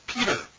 Peter